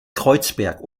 kreuzberg